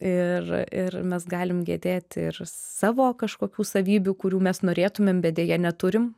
ir ir mes galim gedėti ir savo kažkokių savybių kurių mes norėtumėm bet deja neturim